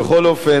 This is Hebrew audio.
בכל אופן,